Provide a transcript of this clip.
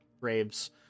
Graves